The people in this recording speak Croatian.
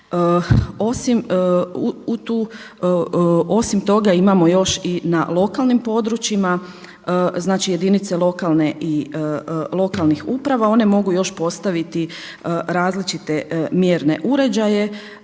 Osim toga imamo još i na lokalnim područjima, znači na jedinicama lokalnih uprava one mogu još postaviti različite mjerne uređaje